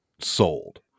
sold